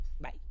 Bye